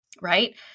right